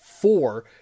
four